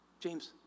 James